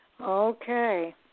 Okay